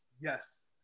Yes